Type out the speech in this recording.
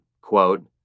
quote